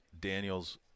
Daniel's